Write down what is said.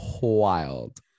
wild